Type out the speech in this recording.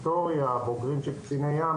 בוגרים של קציני ים,